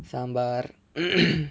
sambar